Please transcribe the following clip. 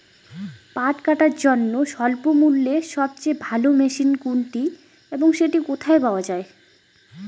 পাট কাটার জন্য স্বল্পমূল্যে সবচেয়ে ভালো মেশিন কোনটি এবং সেটি কোথায় পাওয়া য়ায়?